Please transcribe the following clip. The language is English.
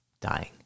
dying